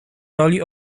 roli